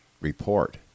report